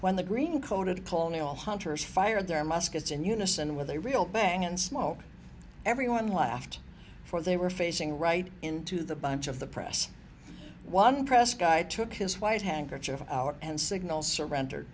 when the green coated colonial hunters fired their muskets in unison with a real bang and smoke everyone laughed for they were facing right into the bunch of the press one press guy took his white handkerchief our and signal surrender